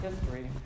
history